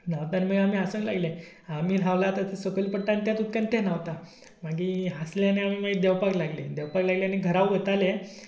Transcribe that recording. आमी हांसूंक लागलें आमी न्हालां ते उदक सकयल पडलां आनी तेच उदकांत ते न्हांवतात आमी हांसले आनी मागीर आमी देंवपाक लागले देंवपाक लागले आनी घरा वयताले